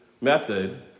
method